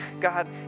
God